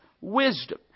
wisdom